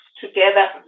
together